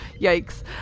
yikes